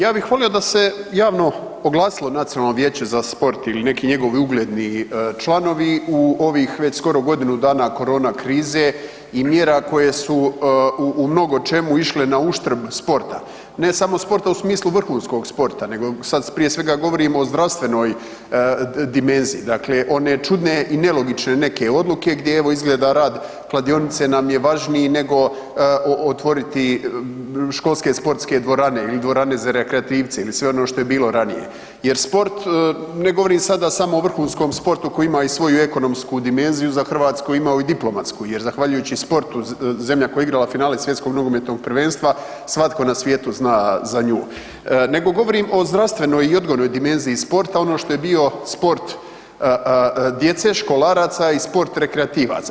Ja bih volio da se javno oglasilo Nacionalno vijeće za sport ili neki njegovi ugledni članovi u ovih već skoro godinu dana korona krize i mjera koja su u mnogočemu išle na uštrb sporta, ne samo sporta u smislu vrhunskog sporta nego sad prije svega govorim o zdravstvenoj dimenziji, dakle one čudne i nelogične neke odluke gdje evo izgleda rad kladionice nam je važniji nego otvoriti školske sportske dvorane ili dvorane za rekreativce ili sve ono što je bilo ranije jer sport, ne govorim sada samo o vrhunskom sportu koji ima i svoju ekonomsku dimenziju, imao je i diplomatsku jer zahvaljujući sportu zemlja koja je igrala finale Svjetskog nogometnog prvenstva, svatko na svijetu zna za nju, nego govorim o zdravstvenoj i odgojnoj dimenziji sporta ono što je bio sport djece, školaraca i sport rekreativaca.